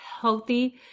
healthy